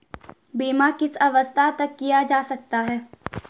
बीमा किस अवस्था तक किया जा सकता है?